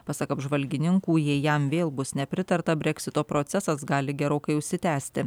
pasak apžvalgininkų jei jam vėl bus nepritarta breksito procesas gali gerokai užsitęsti